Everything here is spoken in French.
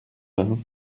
vingt